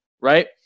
right